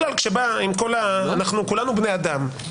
כולנו בני אדם,